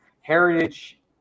heritage